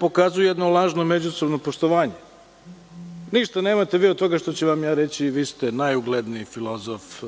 Pokazuje jedno lažno međusobno poštovanje. Ništa nemate vi od toga što ću vam ja reći – vi ste najugledniji filozof,